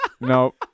No